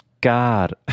God